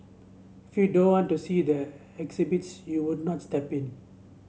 if you don't want to see the exhibits you would not step in